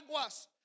aguas